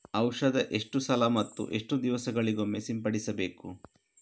ಔಷಧ ಎಷ್ಟು ಸಲ ಮತ್ತು ಎಷ್ಟು ದಿವಸಗಳಿಗೊಮ್ಮೆ ಸಿಂಪಡಿಸಬೇಕು?